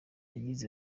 yagize